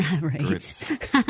Right